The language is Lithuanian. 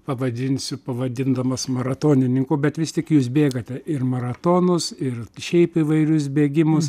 pavadinsiu pavadindamas maratonininku bet vis tik jūs bėgate ir maratonus ir šiaip įvairius bėgimus